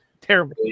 Terrible